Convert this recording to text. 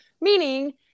Meaning